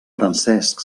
francesc